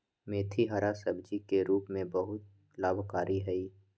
मेथी हरा सब्जी के रूप में बहुत लाभकारी हई